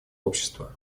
общества